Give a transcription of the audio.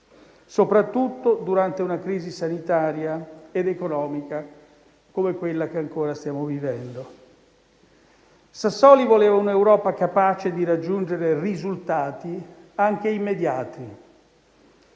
soprattutto durante una crisi sanitaria ed economica come quella che ancora stiamo vivendo. Sassoli voleva un'Europa capace di raggiungere risultati, anche immediati,